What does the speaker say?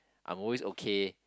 I'm always okay